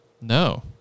No